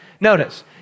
Notice